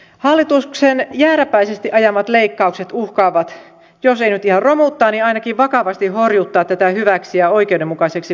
hallituksen jääräpäisesti ajamat leikkaukset uhkaavat jos ei nyt ihan romuttaa niin ainakin vakavasti horjuttaa tätä hyväksi ja oikeudenmukaiseksi koettua järjestelmää